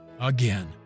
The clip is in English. Again